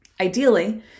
ideally